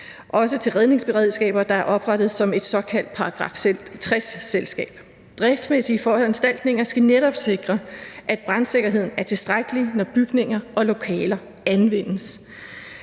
også til redningsberedskaber, der er oprettet som et såkaldt § 60-selskab. Driftsmæssige foranstaltninger skal netop sikre, at brandsikkerheden er tilstrækkelig, når bygninger og lokaler anvendes.